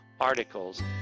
articles